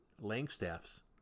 Langstaff's